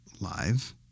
live